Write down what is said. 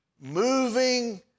moving